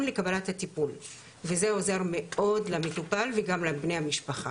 לקבלת הטיפול וזה עוזר מאוד למטופל וגם לבני המשפחה.